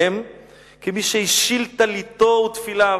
והם / כמי שהשיל טליתו ותפיליו".